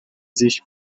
sich